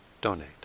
donate